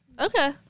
Okay